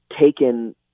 taken